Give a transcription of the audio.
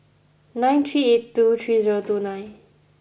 nine three eight two three zero two nine